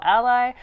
Ally